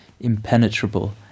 impenetrable